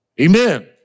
Amen